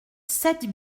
sept